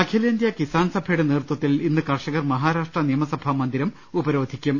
അഖിലേന്ത്യാ കിസാൻ സഭയുടെ നേതൃത്വത്തിൽ ഇന്ന് കർഷകർ മഹാ രാഷ്ട്ര നിയമസഭാ മന്ദിരം ഉപരോധിക്കും